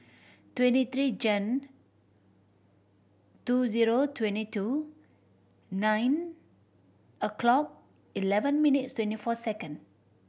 twenty three Jan two zero twenty two nine o'clock eleven minutes twenty four second